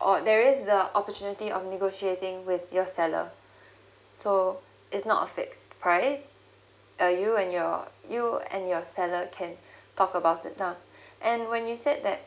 or there is the opportunity of negotiating with your seller so it's not fixed price err you and your you and your seller can talk about it lah and when you said that